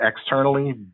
externally